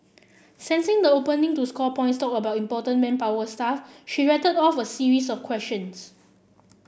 sensing the opening to score points talk about important manpower stuff she rattled off a series of questions